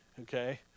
Okay